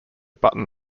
button